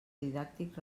didàctic